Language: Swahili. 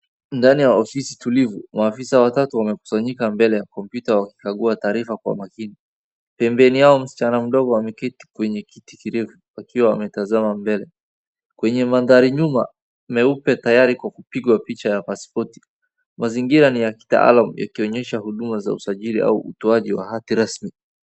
Ndani ya ofisi tulivu, maafisa watatu wamekusanyika mbele ya kompyuta wakikagua taarifa, pembeni yao msichana mdogo ameketi kwenye kiti kirefu akiwa ametazama mbele kwenye mandhari nyuma, meupe tayari kwa kupigwa picha ya pasipoti, mazingira ni ya kitaalam yakionyesha huduma za usajili au utoaji wa hati rasmi.